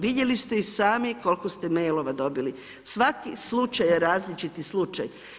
Vidjeli ste i sami koliko ste mailova dobili, svaki slučaj je različiti slučaj.